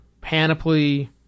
Panoply